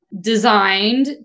designed